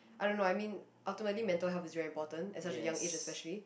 I don't know I mean ultimately mental health is very important at such a young age especially